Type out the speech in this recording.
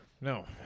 No